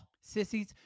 Sissies